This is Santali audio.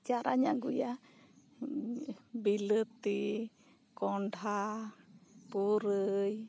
ᱪᱟᱨᱟᱧ ᱟᱹᱜᱩᱭᱟ ᱵᱤᱞᱟᱹᱛᱤ ᱠᱚᱱᱰᱷᱟ ᱯᱩᱨᱟᱹᱭ